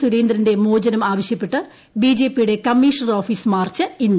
സുരേന്ദ്രന്റെ മോചനം ആവശ്യപ്പെട്ട് ബിജെപിയുടെ കമ്മിഷണർ ഓഫീസ് മാർച്ച് ഇന്ന്